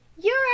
You're